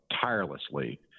tirelessly